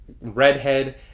redhead